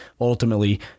Ultimately